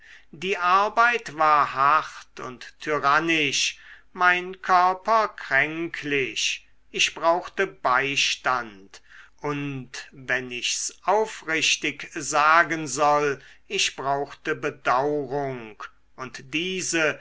die arbeit war hart und tyrannisch mein körper kränklich ich brauchte beistand und wenn ichs aufrichtig sagen soll ich brauchte bedaurung und diese